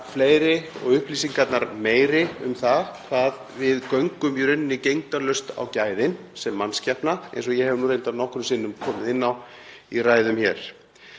og upplýsingarnar eru meiri um það hvað við göngum gegndarlaust á gæðin sem mannskepna, eins og ég hef reyndar nokkrum sinnum komið inn á í ræðum hér.